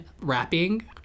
rapping